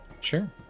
Sure